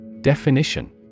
Definition